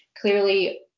clearly